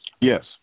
Yes